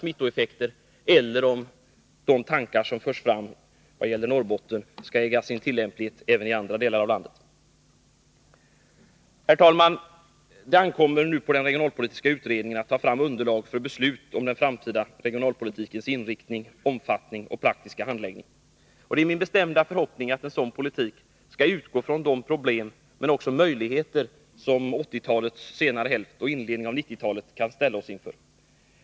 smittoeffekter eller om de tankegångar som förs fram i vad gäller Norrbotten skall tillämpas även i fråga om andra delar av landet. Herr talman! Det ankommer nu på den regionalpolitiska utredningen att ta fram underlag för beslut om den framtida regionalpolitikens inriktning, omfattning och praktiska handläggning. Det är min bestämda förhoppning att en sådan politik skall utgå från de problem, men också de möjligheter, som 1980-talets senare hälft och inledningen av 1990-talet kan ställa oss inför.